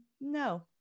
no